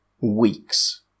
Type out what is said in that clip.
weeks